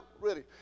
ready